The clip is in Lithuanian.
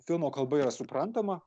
filmo kalba yra suprantama